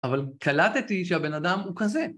אבל קלטתי שהבן אדם הוא כזה.